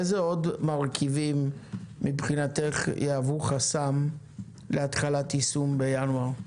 איזה עוד מרכיבים מבחינתך יהוו חסם להתחלת יישום בינואר?